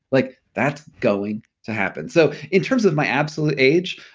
like that's going to happen. so in terms of my absolute age,